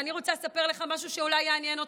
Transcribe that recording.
ואני רוצה לספר לך משהו שאולי יעניין אותך: